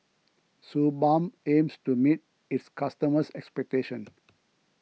Suu Balm aims to meet its customers' expectations